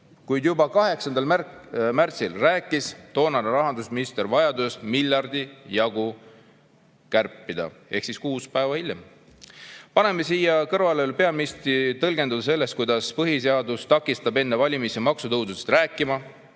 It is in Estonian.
kuid juba 8. märtsil rääkis toonane rahandusminister vajadusest miljardi jagu kärpida – ehk siis kuus päeva hiljem. Paneme siia kõrvale veel peaministri tõlgenduse sellest, kuidas põhiseadus takistab enne valimisi maksutõusudest rääkida,